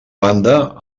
banda